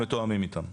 אנחנו מתואמים איתם.